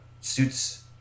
suits